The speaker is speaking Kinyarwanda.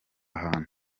hantu